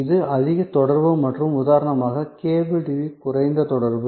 இது அதிக தொடர்பு மற்றும் உதாரணமாக கேபிள் டிவி குறைந்த தொடர்பு